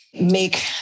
make